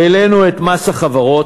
העלינו את מס החברות,